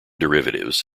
derivatives